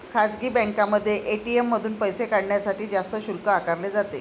खासगी बँकांमध्ये ए.टी.एम मधून पैसे काढण्यासाठी जास्त शुल्क आकारले जाते